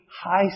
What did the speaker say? high